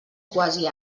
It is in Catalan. quasi